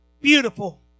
beautiful